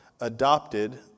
adopted